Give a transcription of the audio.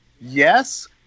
yes